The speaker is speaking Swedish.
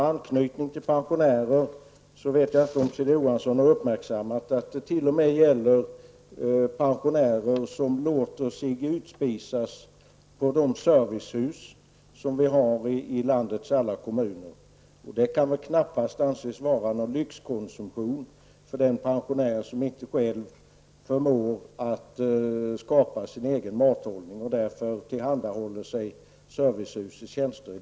Jag vet inte om Kjell Johansson har uppmärksammat att det t.o.m. gäller pensionärer som låter sig utspisas på de servicehus som vi har i landets alla kommuner. Det kan väl knappast anses vara någon lyxkonsumtion, för den pensionär som inte själv förmår ordna sin mathållning utan därför utnyttjar servicehusets tjänster.